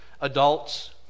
adults